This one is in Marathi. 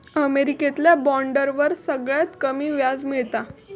अमेरिकेतल्या बॉन्डवर सगळ्यात कमी व्याज मिळता